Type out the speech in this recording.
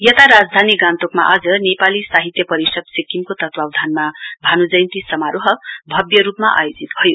यता राजधानी गान्तोकमा आज नेपाली साहित्य परिषद सिक्किमको तत्वाधानमा भानु जयान्ती समारोह भव्य रुपमा आयोजित भयो